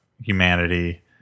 humanity